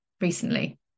recently